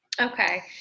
Okay